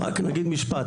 רק נגיד משפט,